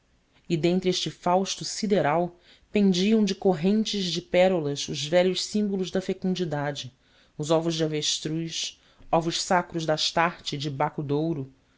e dentre este fausto sideral pendiam de correntes de pérolas os velhos símbolos da fecundidade os ovos de avestruz ovos sacros de astarté e de baco de ouro